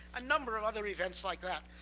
a number of other events like that,